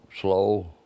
slow